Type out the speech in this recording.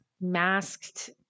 masked